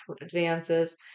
advances